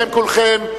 בשם כולכם,